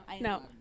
No